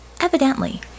Evidently